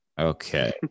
Okay